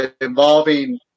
involving